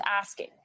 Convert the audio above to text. asking